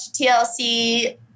TLC